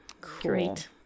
Great